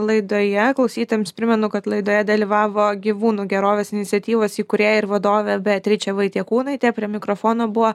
laidoje klausytojams primenu kad laidoje dalyvavo gyvūnų gerovės iniciatyvos įkūrėja ir vadovė beatričė vaitiekūnaitė prie mikrofono buvo